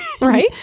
Right